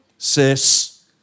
Sis